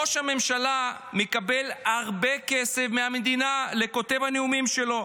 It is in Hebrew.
ראש הממשלה מקבל הרבה כסף מהמדינה לכותב הנאומים שלו.